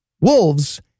wolves